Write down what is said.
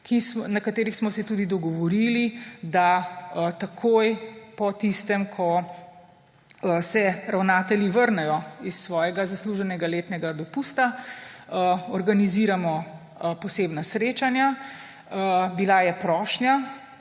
na katerih smo se tudi dogovorili, da takoj po tistem, ko se ravnatelji vrnejo s svojega zasluženega letnega dopusta, organiziramo posebna srečanja. Bila je prošnja